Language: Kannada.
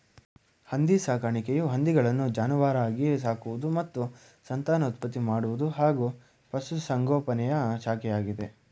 ಹಂದಿ ಸಾಕಾಣಿಕೆಯು ಹಂದಿಗಳನ್ನು ಜಾನುವಾರಾಗಿ ಸಾಕುವುದು ಮತ್ತು ಸಂತಾನೋತ್ಪತ್ತಿ ಮಾಡುವುದು ಹಾಗೂ ಪಶುಸಂಗೋಪನೆಯ ಶಾಖೆಯಾಗಿದೆ